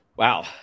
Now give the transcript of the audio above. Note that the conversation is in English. Wow